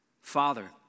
Father